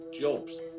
jobs